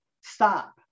stop